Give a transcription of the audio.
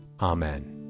Amen